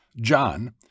John